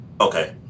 Okay